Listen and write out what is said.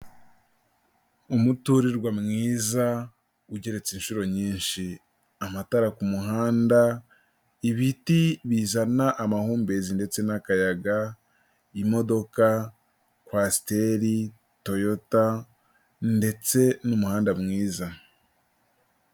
Umuturirwa mwiza ugeretse inshuro nyinshi, amatara ku muhanda, ibiti bizana amahumbezi ndetse n'akayaga, imodoka, kwasiteri, toyota ndetse n'umuhanda mwiza.